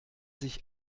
sich